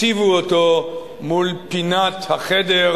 הציבו אותו מול פינת החדר,